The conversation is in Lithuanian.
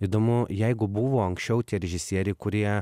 įdomu jeigu buvo anksčiau tie režisieriai kurie